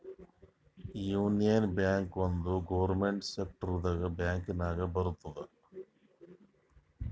union Bank ಒಂದ್ government ಸೆಕ್ಟರ್ದು bank ನಾಗ್ ಬರ್ತುದ್